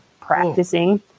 practicing